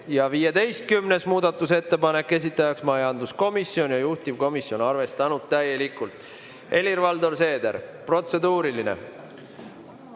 Ja 15. muudatusettepanek, esitaja on majanduskomisjon, juhtivkomisjon on arvestanud täielikult. Helir-Valdor Seeder, protseduuriline.